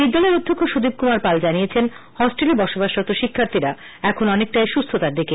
বিদ্যালয়ের অধ্যক্ষ সুদীপ কুমার পাল জানিয়েছেন হোস্টেলে বসবাসরত শিক্ষার্থীরা এখন অনেকটাই সুস্হতার দিকে